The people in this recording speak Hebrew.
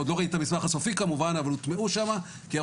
עוד לא ראיתי את המסמך הסופי כמובן אבל הוטמעו שם כהערות.